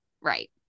Right